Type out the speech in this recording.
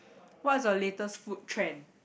what's the latest food trend